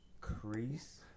crease